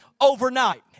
overnight